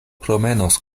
promenos